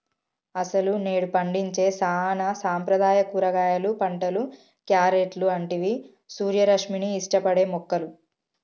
అసలు నేడు పండించే సానా సాంప్రదాయ కూరగాయలు పంటలు, క్యారెట్లు అంటివి సూర్యరశ్మిని ఇష్టపడే మొక్కలు